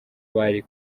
bari